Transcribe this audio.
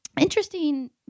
interesting